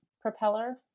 propeller